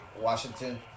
Washington